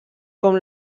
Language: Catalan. com